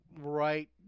right